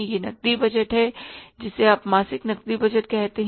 यह नकदी बजट है जिसे आप मासिक नकदी बजट कहते हैं